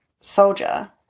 soldier